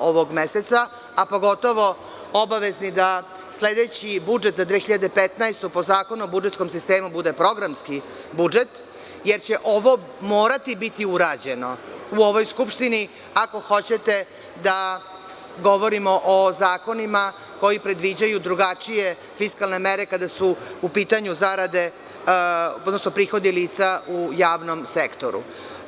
ovog meseca, a pogotovo obavezi da sledeći budžet za 2015. godinu, po Zakonu o budžetskom sistemu, bude programski budžet, jer će ovo morati biti urađeno u ovoj Skupštini ako hoćete da govorimo o zakonima koji predviđaju drugačije fiskalne mere kada su u pitanju prihodi lica u javnom sektoru.